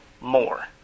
more